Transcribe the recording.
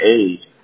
age